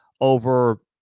over